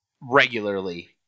regularly